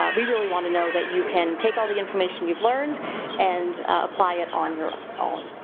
ah we really wanna know that you can take all the information you've learned and apply it on your own.